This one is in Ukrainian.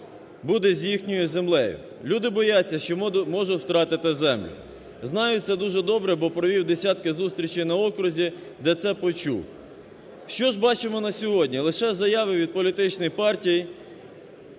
буде з їхньою землею. Люди бояться, що можуть втратити землю. Знаю це дуже добре, бо провів десятки зустрічей на окрузі, де це почув. Що ж бачимо на сьогодні? Лише заяви від політичних партій,